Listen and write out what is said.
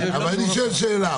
אבל אני שואל שאלה,